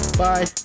bye